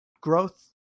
growth